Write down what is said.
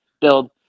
build